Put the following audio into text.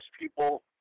people